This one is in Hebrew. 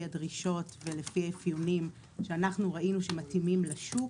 הדרישות ולפי האפיונים שראינו שמתאימים לשוק